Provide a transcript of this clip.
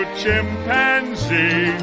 chimpanzee